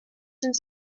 sind